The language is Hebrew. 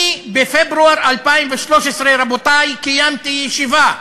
אני, בפברואר 2013, רבותי, קיימתי ישיבה,